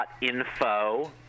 info